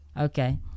Okay